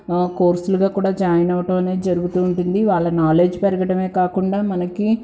కోర్సులుగా కూడా జాయిన్ అవడం అనేది జరుగుతూ ఉంటుంది వాళ్ళ నాలెడ్జ్ పెరగడమే కాకుండా మనకి